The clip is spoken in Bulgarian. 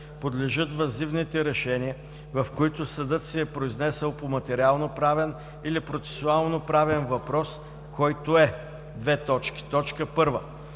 подлежат въззивните решения, в които съдът се е произнесъл по материалноправен или процесуалноправен въпрос, който е: 1. решен в